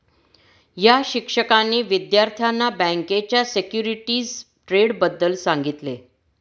या शिक्षकांनी विद्यार्थ्यांना बँकेच्या सिक्युरिटीज ट्रेडबद्दल सांगितले